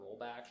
rollback